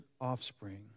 offspring